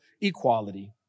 equality